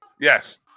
Yes